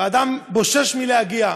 והאדם מבושש להגיע.